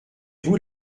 vous